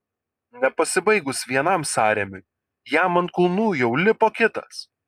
nepasibaigus vienam sąrėmiui jam ant kulnų jau lipo kitas